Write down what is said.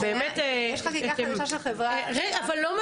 השתנה, יש